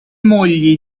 mogli